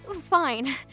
Fine